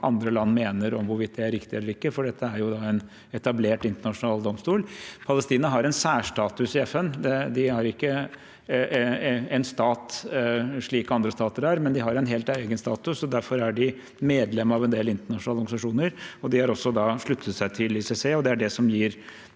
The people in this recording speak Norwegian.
andre land mener om hvorvidt det er riktig eller ikke, for dette er en etablert internasjonal domstol. Palestina har en særstatus i FN. De er ikke en stat slik andre stater er, men de har en helt egen status, og derfor er de medlem av en del internasjonale organisasjoner. De har også da sluttet seg til ICC, og det er det som gir